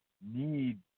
need